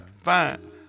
fine